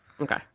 Okay